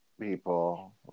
people